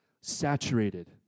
saturated